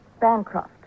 Bancroft